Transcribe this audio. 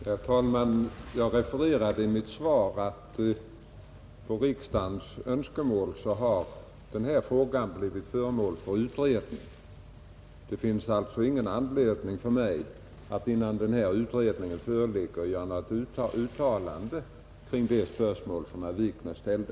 Herr talman! Jag refererade i mitt svar till att denna fråga på riksdagens önskemål har blivit föremål för utredning. Det finns alltså ingen anledning för mig att innan denna utredning föreligger göra något uttalande kring det spörsmål som herr Wikner ställde.